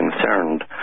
concerned